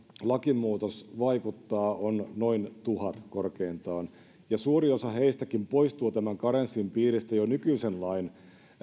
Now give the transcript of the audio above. lakimuutos vaikuttaa on noin tuhat korkeintaan ja suuri osa heistäkin poistuu tämän karenssin piiristä jo nykyisen lain